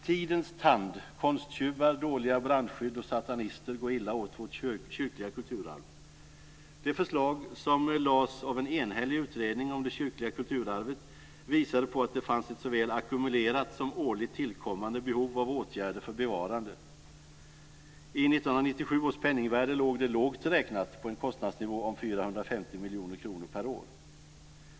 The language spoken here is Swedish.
Tidens tand, konsttjuvar, dåliga brandskydd och satanister går illa åt vårt kyrkliga kulturarv. Det förslag som lades fram av en enhällig utredning om det kyrkliga kulturarvet visade på att det finns ett såväl ackumulerat som årligt tillkommande behov av åtgärder för bevarande. I 1997 års penningvärde låg det lågt räknat på en kostnadsnivå om 450 miljoner kronor per år.